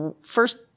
First